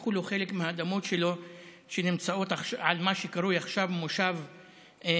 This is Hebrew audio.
לקחו לו חלק מהאדמות שלו שנמצאות על מה שקרוי עכשיו מושב מכמנים.